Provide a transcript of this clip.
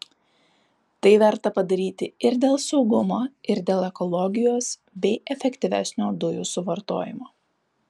tai verta padaryti ir dėl saugumo ir dėl ekologijos bei efektyvesnio dujų suvartojimo